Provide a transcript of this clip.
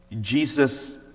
jesus